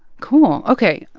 cool. ok.